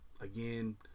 again